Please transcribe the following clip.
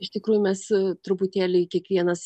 iš tikrųjų mes truputėlį kiekvienas